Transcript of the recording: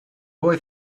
boy